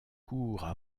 courent